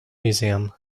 museum